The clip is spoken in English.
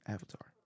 Avatar